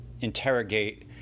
interrogate